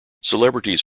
celebrities